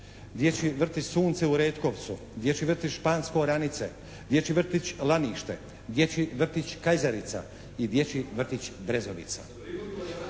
dječji vrtić "Sunce" u Retkovcu, dječji vrtić "Špansko-Oranice", dječji vrtić Lanište, dječji vrtić Kajzerica i dječji vrtić Brezovica.